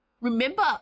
Remember